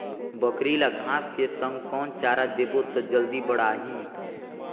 बकरी ल घांस के संग कौन चारा देबो त जल्दी बढाही?